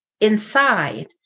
inside